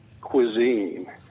cuisine